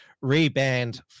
re-banned